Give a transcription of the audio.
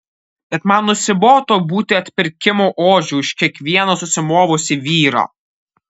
bet man nusibodo būti atpirkimo ožiu už kiekvieną susimovusį vyrą